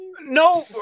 No